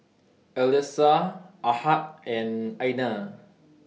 Alyssa Ahad and Aina